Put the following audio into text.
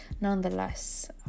nonetheless